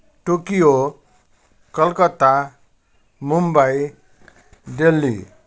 Tokyo Calcutta Mumbai Delhi